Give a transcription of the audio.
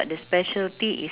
ah yes